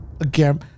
Again